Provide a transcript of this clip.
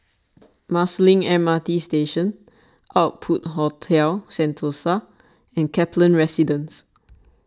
Marsiling M R T Station Outpost Hotel Sentosa and Kaplan Residence